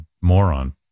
moron